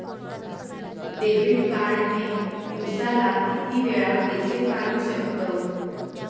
Debit card ने दिवसाला किती वेळा पैसे काढू शकतव?